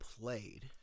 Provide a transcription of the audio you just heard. played